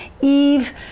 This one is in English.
Eve